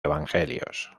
evangelios